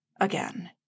again